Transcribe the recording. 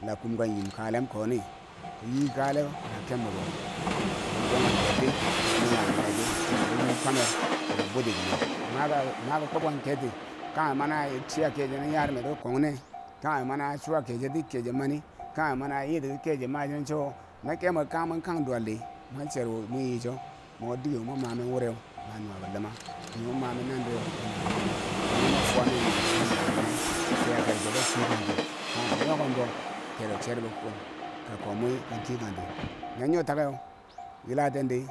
La kum ka yimkalem koni ko yi kaleu kanghe keb mwebo mo kon donkan ketti ko nukan nughe ti kambo ko yim kwamer kanghe bwetikimeu maka mako kwobkang ket ti kanghe mana chiya keche nin yarume tike kungne kanghe mana chuwa keche ti keche mani, kanghe mana yitiki ke ma chinen cho wo, no kemwe kang mwen kang duwal di mon chirou moyicho moke deke wo mo mamen wureu manuwabo luma dikewo mo manen nandireu manuwabo luma wo nye mo fuwa men nyeu manuwa bo luma fiya kerozo ko keyentia kanghe nuwa bo kero cherbo kun ka kom wi, ko kiye kang ti na nyo takeu, yilatendi